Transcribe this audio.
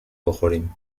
بخوریم